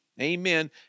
amen